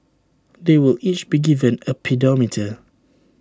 they will each be given A pedometer